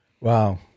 Wow